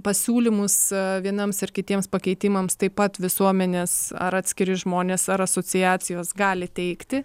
pasiūlymus vieniems ir kitiems pakeitimams taip pat visuomenės ar atskiri žmonės ar asociacijos gali teikti